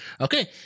Okay